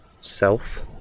self